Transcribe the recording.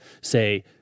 say